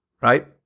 right